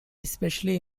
especially